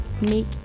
make